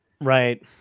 Right